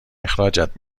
اخراجت